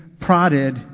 prodded